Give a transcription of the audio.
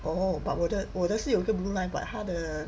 oh but 我的我的是有一个 blue line but 它的